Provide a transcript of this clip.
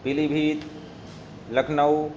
پیلی بھیت لکھنؤ